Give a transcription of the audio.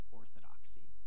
orthodoxy